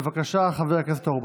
בבקשה, חבר הכנסת אורבך.